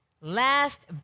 Last